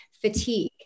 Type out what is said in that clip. fatigue